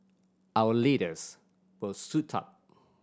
our leaders will suit up